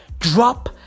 Drop